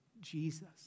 Jesus